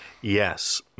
yes